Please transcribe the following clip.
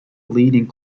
leading